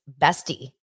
bestie